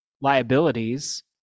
liabilities